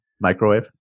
microwave